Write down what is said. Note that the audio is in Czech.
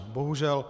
Bohužel.